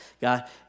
God